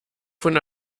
von